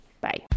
Bye